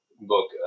book